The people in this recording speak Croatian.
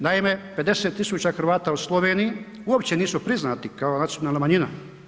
Naime, 50 000 Hrvata u Sloveniji uopće nisu priznati kao nacionalna manjina.